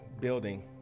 building